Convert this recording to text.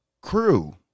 crew